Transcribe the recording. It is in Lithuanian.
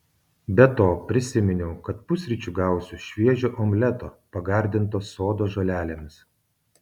be to prisiminiau kad pusryčių gausiu šviežio omleto pagardinto sodo žolelėmis